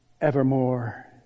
evermore